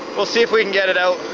we'll see if we can get it out.